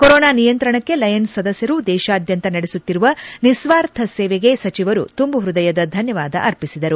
corona ನಿಯಂತ್ರಣಕ್ಕೆ Lions ಸದಸ್ಕರು ದೇಶಾದ್ಯಮತ ನಡೆಸುತ್ತಿರುವ ನಿಸ್ವಾರ್ಥ ಸೇವೆಗೆ ಸಚಿವರು ತುಂಬು ಪೃದಯದ ಧನ್ಯವಾದ ಅರ್ಪಿಸಿದರು